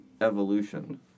evolution